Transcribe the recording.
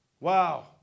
Wow